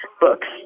books